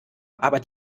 aber